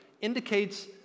indicates